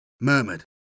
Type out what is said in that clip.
murmured